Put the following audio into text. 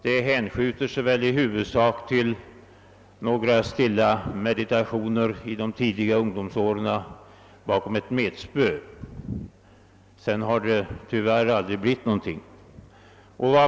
Min erfarenhet därav hänför sig huvudsakligast till några stilla meditationer bakom ett metspö under tidiga ungdomsår. Sedan har det tyvärr aldrig blivit något mera av detta.